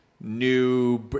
new